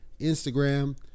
Instagram